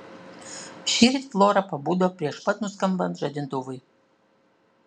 šįryt flora pabudo prieš pat nuskambant žadintuvui